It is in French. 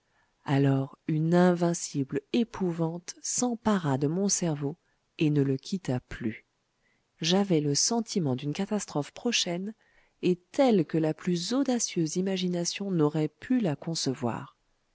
alors une invincible épouvante s'empara de mon cerveau et ne le quitta plus j'avais le sentiment d'une catastrophe prochaine et telle que la plus audacieuse imagination n'aurait pu la concevoir